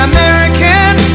American